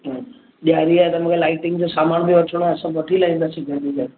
ॾिआरी आहे त मूंखे लाइटिंग जो सामान बि वठिणो आहे सब वठी ईंदासीं घरुनि लाइ